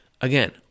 again